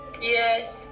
yes